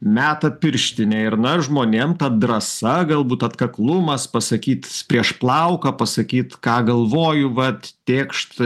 meta pirštinę ir na žmonėm ta drąsa galbūt atkaklumas pasakyt prieš plauką pasakyt ką galvoju vat tėkšt